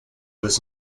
was